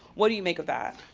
what do you make of that?